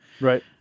right